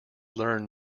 learn